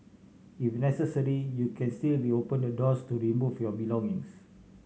if necessary you can still reopen the doors to remove your belongings